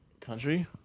Country